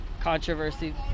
Controversy